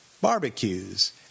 barbecues